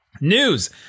News